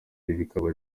bikaba